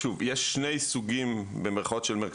אני אגיד שאלה הנתונים שאני קיבלתי הבוקר ממרכזי